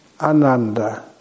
Ananda